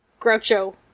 Groucho